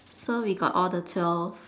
so we got all the twelve